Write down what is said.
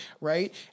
Right